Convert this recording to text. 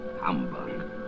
Humbug